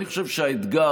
אני חושב שהאתגר,